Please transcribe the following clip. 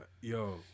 Yo